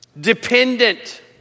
dependent